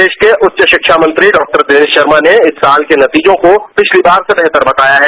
प्रदेश के उच्च शिक्षा मंत्री बॉक्टर दिनेश शर्मा ने इस साल के नतीजों को पिछली बार से बेहतर बताया है